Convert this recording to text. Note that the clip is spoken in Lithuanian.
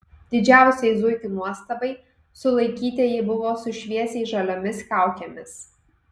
didžiausiai zuikių nuostabai sulaikytieji buvo su šviesiai žaliomis kaukėmis